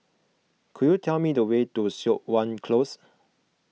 could you tell me the way to Siok Wan Close